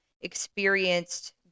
experienced